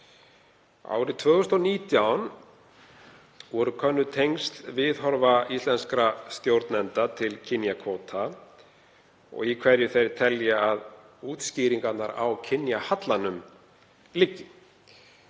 Árið 2019 voru könnuð tengsl viðhorfa íslenskra stjórnenda til kynjakvóta og í hverju þeir töldu að skýringar á kynjahallanum lægju.